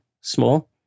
small